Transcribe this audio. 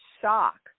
shock